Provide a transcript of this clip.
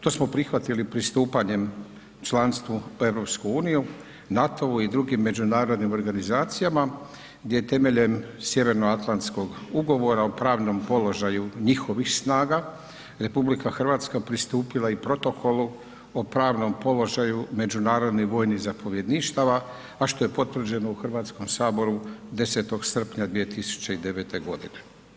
To smo prihvatili pristupanjem članstvu u EU, NATO-u i drugim međunarodnim organizacijama gdje je temeljem Sjevernoatlanskog ugovora o pravnom položaju njihovih snaga RH pristupila i protokolu o pravnom položaju međunarodnih vojnih zapovjedništava, a što je potvrđeno u Hrvatskom saboru 10. srpnja 2009. godine.